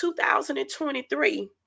2023